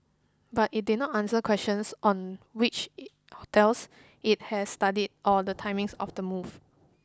but it did not answer questions on which hotels it has studied or the timings of the move